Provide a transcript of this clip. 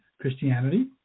Christianity